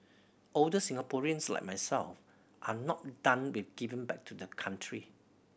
older Singaporeans like myself are not done with giving back to the country